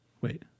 wait